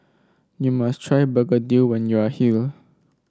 you must try begedil when you are here